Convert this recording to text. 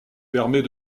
permet